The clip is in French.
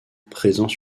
présents